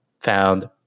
found